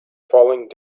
falling